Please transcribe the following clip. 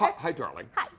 hi, darling. hi!